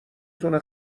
تونه